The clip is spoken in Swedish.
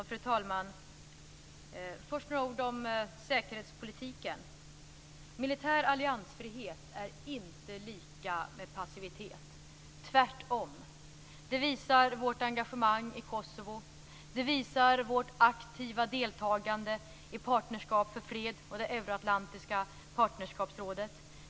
Fru talman! Först några ord om säkerhetspolitiken. Militär alliansfrihet är inte lika med passivitet, tvärtom. Det visar vårt engagemang i Kosovo. Det visar vårt aktiva deltagande i Partnerskap för fred och i Euroatlantiska partnerskapsrådet.